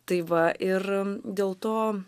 tai va ir dėl to